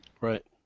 Right